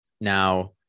Now